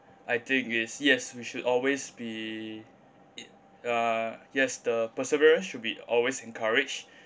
I think yes yes we should always be it uh yes the perseverance should be always encouraged